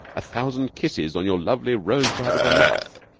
a thousand kisses on your lovely rosebud of a mouth